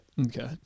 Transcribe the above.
Okay